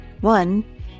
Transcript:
One